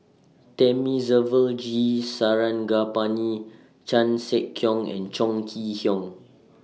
Thamizhavel G Sarangapani Chan Sek Keong and Chong Kee Hiong